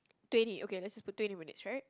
twenty okay let's just put twenty minutes right